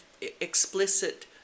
explicit